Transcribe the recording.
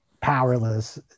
powerless